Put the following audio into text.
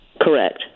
Correct